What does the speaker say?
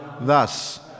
thus